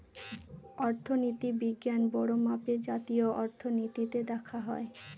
অর্থনীতি বিজ্ঞান বড়ো মাপে জাতীয় অর্থনীতিতে দেখা হয়